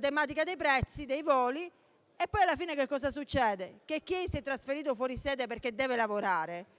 tematica dei prezzi dei voli. Alla fine poi che cosa succede? Succede che chi si è trasferito fuori sede perché deve lavorare